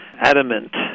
adamant